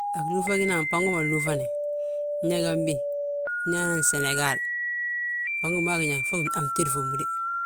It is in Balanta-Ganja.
A gilúŧa giinda ma a gbango ma nlúuŧani, nyaa gambi, nyaa senegal, gbango gomigi nyaaw fo a fntédi fommu dé.